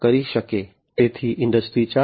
તેથી ઈન્ડસ્ટ્રી 4